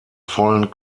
vollen